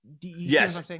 Yes